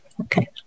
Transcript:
Okay